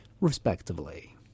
respectively